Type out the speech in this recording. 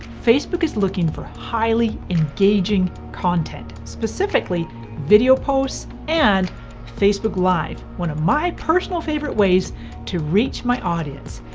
facebook is looking for highly engaging content, specifically video posts and facebook live, one of my personal favorite ways to reach my audience.